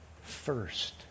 First